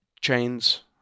chains